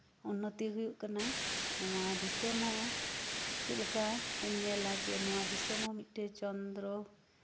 ᱩᱱᱱᱚᱛᱤ ᱦᱩᱭᱩᱜ ᱠᱟᱱᱟ ᱱᱚᱣᱟ ᱫᱤᱥᱚᱢ ᱦᱚᱸ ᱪᱮᱫᱞᱮᱠᱟ ᱵᱚᱱ ᱧᱮᱞᱟ ᱡᱮ ᱱᱚᱣᱟ ᱫᱤᱥᱚᱢ ᱦᱚᱸ ᱢᱤᱫᱴᱮᱡ ᱪᱚᱱᱫᱨᱚ ᱡᱟᱱ